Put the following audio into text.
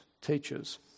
teachers